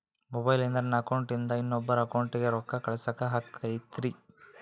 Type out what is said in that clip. ಮೊಬೈಲಿಂದ ನನ್ನ ಅಕೌಂಟಿಂದ ಇನ್ನೊಬ್ಬರ ಅಕೌಂಟಿಗೆ ರೊಕ್ಕ ಕಳಸಾಕ ಆಗ್ತೈತ್ರಿ?